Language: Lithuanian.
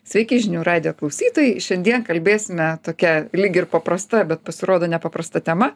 sveiki žinių radijo klausytojai šiandien kalbėsime tokia lyg ir paprasta bet pasirodo nepaprasta tema